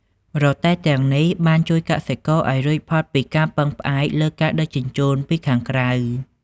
រទេះទាំងនេះ បានជួយកសិករឱ្យរួចផុតពីការពឹងផ្អែកលើការដឹកជញ្ជូនពីខាងក្រៅ។